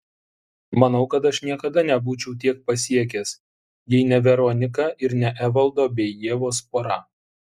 manau kad aš niekada nebūčiau tiek pasiekęs jei ne veronika ir ne evaldo bei ievos pora